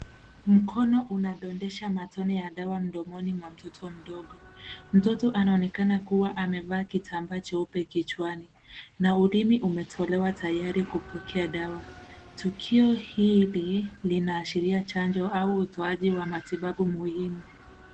Mkono unadondesha matone ya dawa mdomoni mwa mtoto mdogo. Mtoto anaonekana kuwa amevaa kitambaa cheupe kichwa na ulimi umetolewa tayari kupokea dawa. Tukio hili linaashiria chanjo au utoaji wa matibabu muhimu.